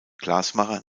glasmacher